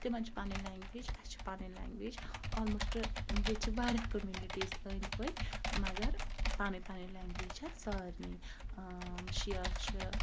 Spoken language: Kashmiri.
تِمَن چھِ پَنٕنۍ لینٛگویج اَسہِ چھِ پَنٕںۍ لینٛگویج آلموسٹ ییٚتہِ چھِ واریاہ کٔمنٹیٖز أنٛدۍ پٔکۍ مگر پَنٕنۍ پَنٕنۍ لینٛگویج چھےٚ سارنٕے شِیَہہ چھِ